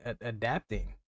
adapting